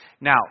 Now